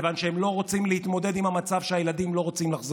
כיוון שהם לא רוצים להתמודד עם המצב שהילדים לא רוצים לחזור.